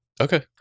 Okay